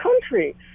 country